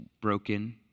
broken